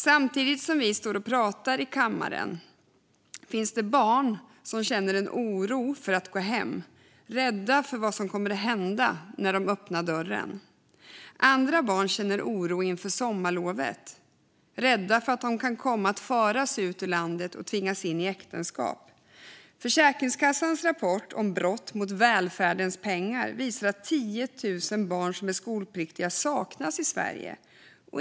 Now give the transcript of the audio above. Samtidigt som vi står och pratar i kammaren finns det barn som känner oro för att gå hem och är rädda för vad som kommer att hända när de öppnar dörren. Andra barn känner oro inför sommarlovet, är rädda för att de kan komma att föras ut ur landet och tvingas in i äktenskap. Försäkringskassans rapport om brott mot välfärdens pengar visar att 10 000 barn som är skolpliktiga saknas i Sverige.